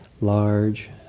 large